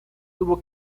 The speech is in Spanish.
tuvo